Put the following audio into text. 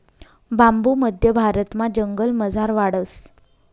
बांबू मध्य भारतमा जंगलमझार वाढस